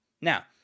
Now